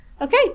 Okay